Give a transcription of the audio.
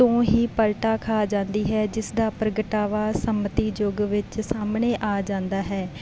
ਤੋਂ ਹੀ ਪਲਟਾ ਖਾ ਜਾਂਦੀ ਹੈ ਜਿਸ ਦਾ ਪ੍ਰਗਟਾਵਾ ਸੰਮਤੀ ਯੁੱਗ ਵਿੱਚ ਸਾਹਮਣੇ ਆ ਜਾਂਦਾ ਹੈ